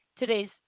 Today's